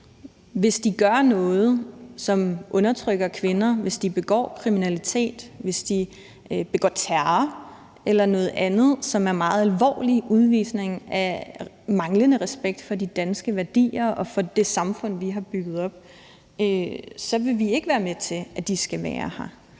hvis de gør noget, som undertrykker kvinder, hvis de begår kriminalitet, hvis de begår terror eller noget andet, som er meget alvorligt. Og hvis de udviser manglende respekt for de danske værdier og for det samfund, vi har bygget op, vil vi ikke være med til, at de skal være her.